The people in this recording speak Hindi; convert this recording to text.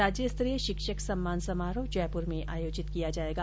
राज्य स्तरीय शिक्षक सम्मान समारोह जयपुर में आयोजित किया जायेगा